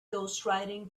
ghostwriting